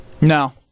No